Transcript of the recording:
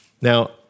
Now